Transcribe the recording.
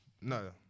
No